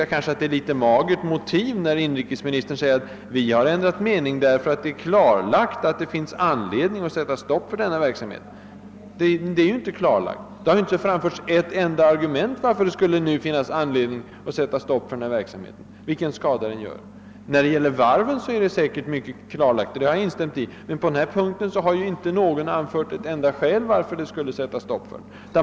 Jag tycker att motiveringen är litet mager när inrikesministern säger, att man ändrat mening därför att det är klarlagt, att det finns anledning att sätta stopp för denna verksamhet. Det är ju inte klarlagt. Det har inte framförts ett enda argument för att det nu skulle finnas anledning att sätta stopp för denna verksamhet; det har inte påvisats vilken skada den gör. När det gäller varven är saken helt säkert klarlagd — det har jag instämt i. Men beträffande skrivbyråerna har inte eit enda skäl för att stoppa verksamheten anförts.